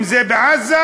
אם בעזה,